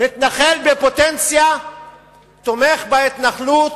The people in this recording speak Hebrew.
מתנחל בפוטנציה תומך בהתנחלות,